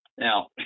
Now